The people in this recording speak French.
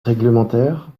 réglementaire